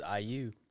IU